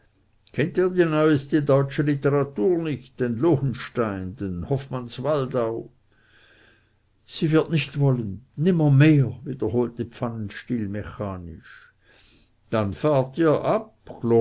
kennt ihr die neueste deutsche literatur nicht den lohenstein den hofmannswaldau sie wird nicht wollen nimmermehr wiederholte pfannenstiel mechanisch dann fahrt ihr ab glorios